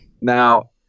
Now